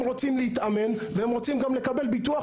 הם רוצים להתאמן והם רוצים גם לקבל ביטוח